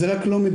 זה לא מדויק,